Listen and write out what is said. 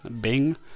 bing